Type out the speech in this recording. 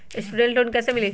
Student loan कैसे मिली?